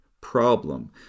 problem